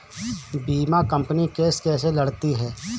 बीमा company case कैसे लड़ती है?